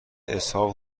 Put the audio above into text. اسحاق